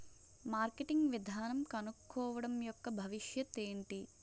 Marketing విధానం కనుక్కోవడం యెక్క భవిష్యత్ ఏంటి?